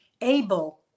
able